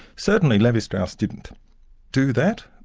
certainly levi-strauss didn't do that,